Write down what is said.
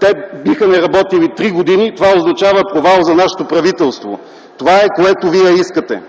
Те биха не работили три години. Това означава провал за нашето правителство. Това е, което вие искате